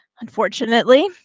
Unfortunately